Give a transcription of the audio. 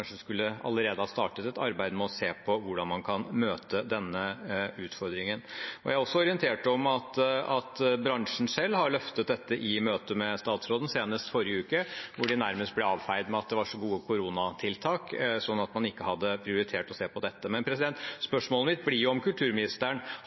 skulle ha startet et arbeid med å se på hvordan man kan møte denne utfordringen. Jeg er også orientert om at bransjen selv har løftet dette i møte med statsråden, senest i forrige uke, hvor de nærmest ble avfeid med at det var så gode koronatiltak at man ikke hadde prioritert å se på dette.